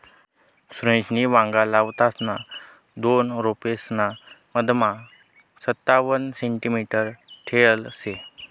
सुरेशनी वांगा लावताना दोन रोपेसना मधमा संतावण सेंटीमीटर ठेयल शे